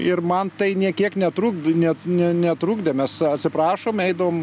ir man tai nė kiek netrukdė net ne netrukdė mes atsiprašome eidavom